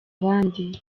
abandi